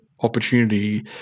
opportunity